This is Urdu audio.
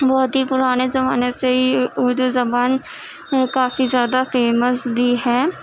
بہت ہی پرانے زمانے سے ہی اردو زبان کافی زیادہ فیمس بھی ہے